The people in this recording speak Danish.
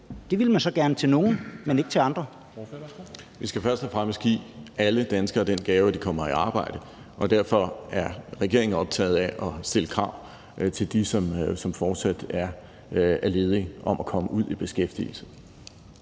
Kl. 09:56 Benny Engelbrecht (S): Vi skal først og fremmest give alle danskere den gave, at de kommer i arbejde. Og derfor er regeringen optaget af at stille krav til dem, som fortsat er ledige, om at komme ud i beskæftigelse.